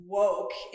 woke